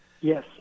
Yes